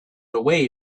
away